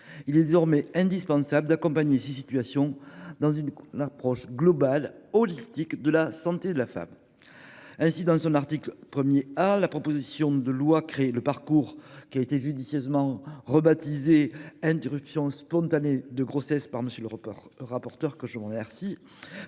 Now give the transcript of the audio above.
Il est désormais indispensable d'accompagner ces situations dans le cadre d'une approche globale, holistique, de la santé de la femme. L'article 1 A de la proposition de loi crée un parcours, judicieusement rebaptisé « parcours interruption spontanée de grossesse » par notre rapporteur, que je remercie.